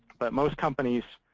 but most companies